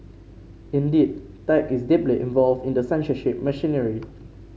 indeed tech is deeply involved in the censorship machinery